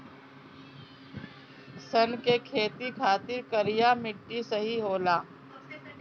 सन के खेती खातिर करिया मिट्टी सही होला